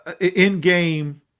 in-game